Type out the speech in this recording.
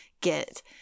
get